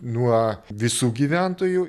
nuo visų gyventojų